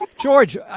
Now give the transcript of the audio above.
George